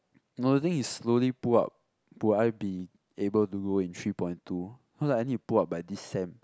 no the thing is slowly pull up will I be able do in three point two cause I need to pull up by this sem